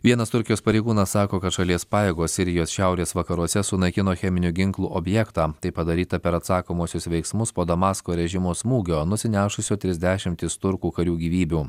vienas turkijos pareigūnas sako kad šalies pajėgos sirijos šiaurės vakaruose sunaikino cheminių ginklų objektą tai padaryta per atsakomuosius veiksmus po damasko režimo smūgio nusinešusio tris dešimtis turkų karių gyvybių